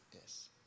Yes